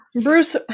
Bruce